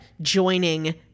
joining